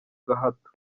gahato